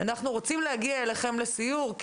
אנחנו רוצים להגיע אליכם לסיור.